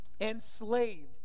Enslaved